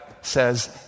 says